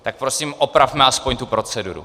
Tak prosím opravme aspoň tu proceduru.